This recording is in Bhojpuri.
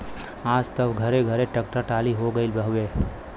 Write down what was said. आज त घरे घरे ट्रेक्टर टाली होई गईल हउवे